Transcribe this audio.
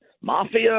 mafia